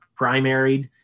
primaried